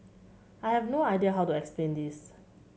I have no idea how to explain this